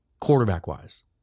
quarterback-wise